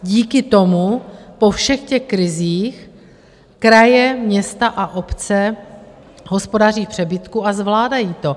Díky tomu po všech těch krizích kraje, města a obce hospodaří v přebytku a zvládají to.